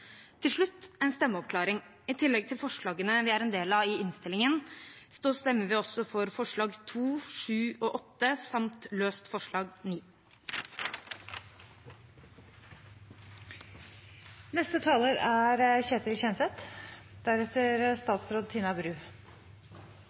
Til slutt en stemmeforklaring: I tillegg til forslagene vi er en del av i innstillingen, stemmer vi også for forslagene nr. 2, 7 og 8 samt